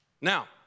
Now